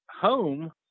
home